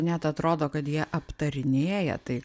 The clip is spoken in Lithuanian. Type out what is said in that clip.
net atrodo kad jie aptarinėja tai